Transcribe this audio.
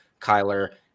Kyler